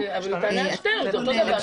אבל היא תענה על שתיהן, זה אותו דבר.